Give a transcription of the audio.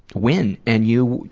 win and you,